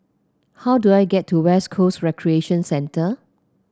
how do I get to West Coast Recreation Centre